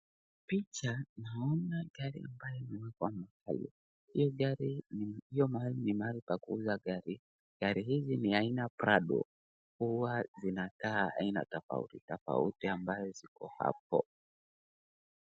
Picha naona gari ambayo imewekwa mahali, hiyo mahali ni mahali pa kuuza gari, gari hizi ni aina prado, huwa zinakaa za aina tofautitofauti ambayo ziko hapo.